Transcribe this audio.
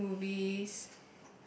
watching movies